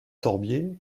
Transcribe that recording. sorbiers